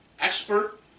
expert